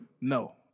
No